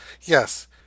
yes